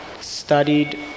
studied